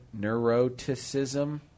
Neuroticism